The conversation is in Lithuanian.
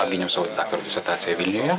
apgyniau savo daktaro disertaciją vilniuje